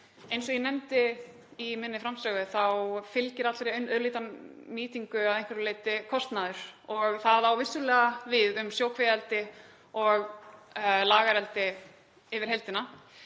Eins og ég nefndi í minni framsögu þá fylgir allri auðlindanýtingu að einhverju leyti kostnaður og það á vissulega við um sjókvíaeldi og lagareldi í heildina.